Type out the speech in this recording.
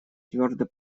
твердо